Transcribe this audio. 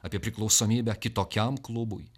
apie priklausomybę kitokiam klubui